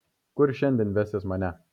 kur šiandien vesies mane